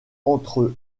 entre